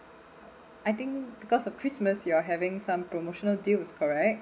I think because of christmas you're having some promotional deals correct